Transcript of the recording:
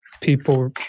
people